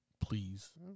please